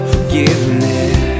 Forgiveness